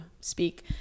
speak